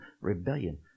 rebellion